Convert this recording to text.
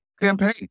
campaign